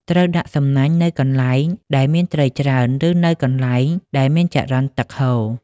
ត្រូវដាក់សំណាញ់នៅកន្លែងដែលមានត្រីច្រើន ឬនៅកន្លែងដែលមានចរន្តទឹកហូរ។